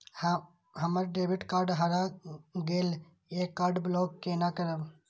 हमर debit card हरा गेल ये कार्ड ब्लॉक केना करब?